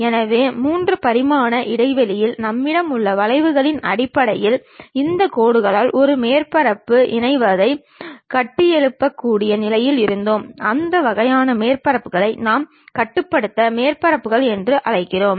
எனவே 3 பரிமாண இடைவெளியில் நம்மிடம் உள்ள வளைவுகளின் அடிப்படையில் இந்த கோடுகளால் ஒரு மேற்பரப்பு இணைவதைக் கட்டியெழுப்பக்கூடிய நிலையில் இருந்தோம் அந்த வகையான மேற்பரப்புகளை நாம் கட்டுப்படுத்தப்பட்ட மேற்பரப்புகள் என்று அழைக்கிறோம்